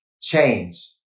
change